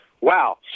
wow